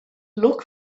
look